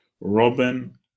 Robin